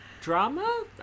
drama